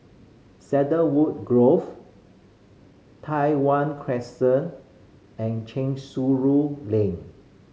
Cedarwood Grove Tai Hwan Crescent and Lane